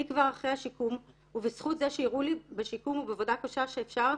אני כבר אחרי השיקום ובזכות זה שהראו לי בשיקום ובעבודה קשה שאפשר,